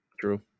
True